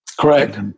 correct